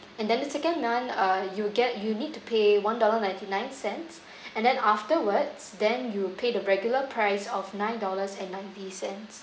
and then second month uh you'll get you need to pay one dollar ninety nine cents and then afterwards then you pay the regular price of nine dollars and ninety cents